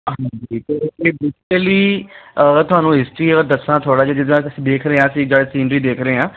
ਹਾਂਜੀ ਅਤੇ ਉੱਥੇ ਪਿਛਲੀ ਤੁਹਾਨੂੰ ਹਿਸਟਰੀ ਅਗਰ ਦੱਸਾਂ ਥੋੜ੍ਹਾ ਜਿਹਾ ਜਿੱਦਾਂ ਤੁਸੀਂ ਦੇਖ ਰਹੇ ਆ ਅਸੀਂ ਜਿੱਦਾਂ ਸੀਨਰੀ ਦੇਖ ਰਹੇ ਹਾਂ